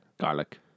Garlic